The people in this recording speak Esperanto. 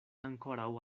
ankoraŭ